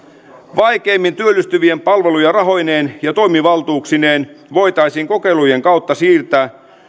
vaikeimmin työllistyvien palveluja rahoineen ja toimivaltuuksineen voitaisiin kokeilujen kautta siirtää